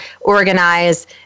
organize